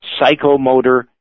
psychomotor